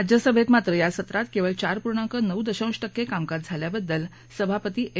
राज्यसभेत मात्र या सत्रात केवळ चार पूर्णांक नऊ दशांश टक्के कामकाज झाल्याबद्दल सभापती एम